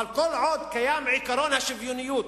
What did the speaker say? אבל כל עוד קיים עקרון השוויוניות,